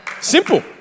Simple